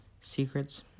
secrets